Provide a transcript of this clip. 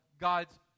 God's